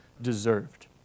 Deserved